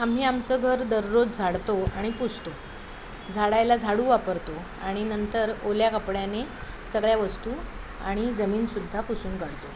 आम्ही आमचं घर दररोज झाडतो आणि पुसतो झाडायला झाडू वापरतो आणि नंतर ओल्या कपड्याने सगळ्या वस्तू आणि जमीनसुद्धा पुसून काढतो